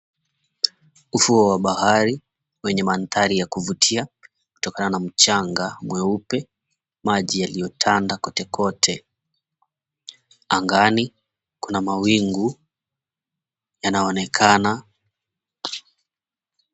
Ufuo wa bahari wenye maandhari ya kuvutia kutokana na mchanga mweupe, maji yaliyotanda kotekote. Angani kuna mawingu yanaonekana.